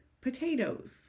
potatoes